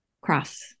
cross